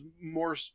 more